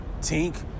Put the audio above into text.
Tink